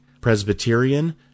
Presbyterian